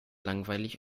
langweilig